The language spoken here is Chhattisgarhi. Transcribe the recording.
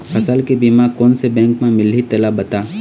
फसल के बीमा कोन से बैंक म मिलही तेला बता?